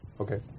Okay